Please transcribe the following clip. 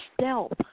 stealth